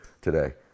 today